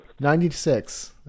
96